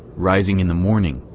rising in the morning,